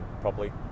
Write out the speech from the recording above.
properly